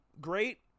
great